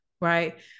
Right